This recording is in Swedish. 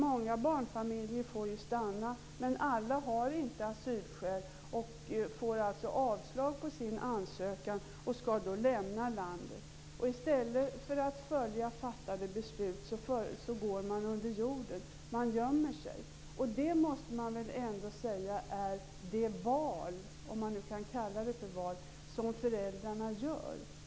Många barnfamiljer får stanna. Men alla har inte asylskäl. De får avslag på sin ansökan och skall då lämna landet. I stället för att följa fattade beslut går de under jorden. De gömmer sig. Det måste man väl ändå säga är det val - om man nu kan kalla det för val - som föräldrarna gör.